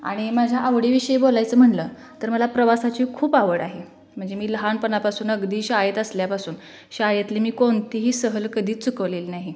आणि माझ्या आवडीविषयी बोलायचं म्हटलं तर मला प्रवासाची खूप आवड आहे म्हणजे मी लहानपणापासून अगदी शाळेत असल्यापासून शाळेतली मी कोणतीही सहल कधीच चुकवलेली नाही